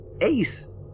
Ace